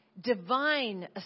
divine